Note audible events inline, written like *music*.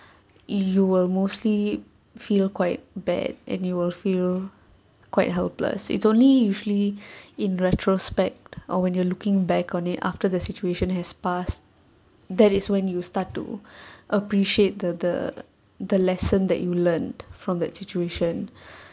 you will mostly feel quite bad and you will feel quite helpless it's only usually *breath* in retrospect or when you're looking back on it after the situation has passed that is when you start to *breath* appreciate the the the lesson that you learned from that situation *breath*